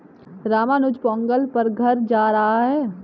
रामानुज पोंगल पर घर जा रहा है